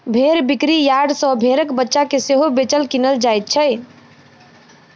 भेंड़ बिक्री यार्ड सॅ भेंड़क बच्चा के सेहो बेचल, किनल जाइत छै